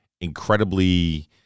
incredibly